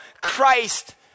Christ